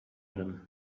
them